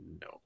No